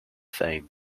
fame